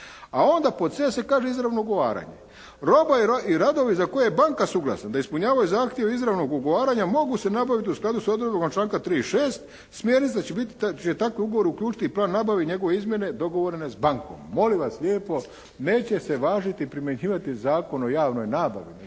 A onda pod c. se kaže izravno ugovaranje. Roba i radovi za koje je banka suglasna da ispunjavaju zahtjeve izravnog ugovaranja mogu se nabaviti u skladu s odredbama članka 36., smjernice će biti čije takve ugovore uključiti i plan nabave i njegove izmjene dogovorene s bankom. Molim vas lijepo, neće se važiti i primjenjivati Zakon o javnoj nabavi,